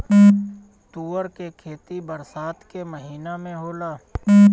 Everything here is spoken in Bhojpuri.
तूअर के खेती बरसात के महिना में होला